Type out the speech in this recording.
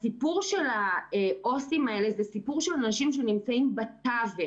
הסיפור של העובדים הסוציאליים האלה הוא סיפור של אנשים שנמצאים בתווך,